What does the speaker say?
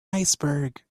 iceberg